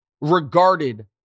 regarded